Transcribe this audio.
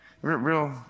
Real